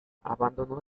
abandonó